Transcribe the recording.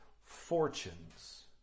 fortunes